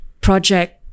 project